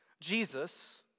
Jesus